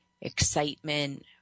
excitement